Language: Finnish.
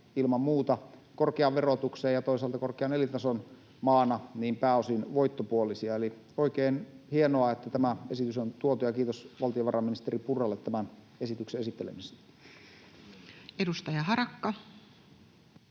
Suomelle korkean verotuksen ja toisaalta korkean elintason maana ne ovat ilman muuta pääosin voittopuolisia. Eli on oikein hienoa, että tämä esitys on tuotu, ja kiitos valtiovarainministeri Purralle tämän esityksen esittelemisestä. [Speech 16]